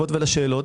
לשאלות ולתשובות.